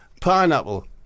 pineapple